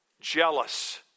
jealous